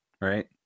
right